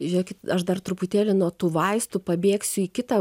žiūrėkit aš dar truputėlį nuo tų vaistų pabėgsiu į kitą